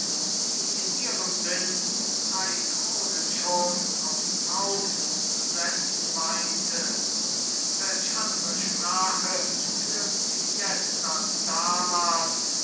die in ihrem sinn drei kronen schon aufs haupt zu setzen meinte welch andre sprache führt sie jetzt als damals